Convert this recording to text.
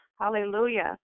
hallelujah